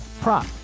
prop